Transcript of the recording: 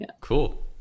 Cool